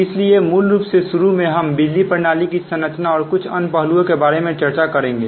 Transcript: इसलिए मूल रूप से शुरू में हम बिजली प्रणालियों की संरचना और कुछ अन्य पहलुओं के बारे में चर्चा करेंगे